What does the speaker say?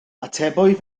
atebwyd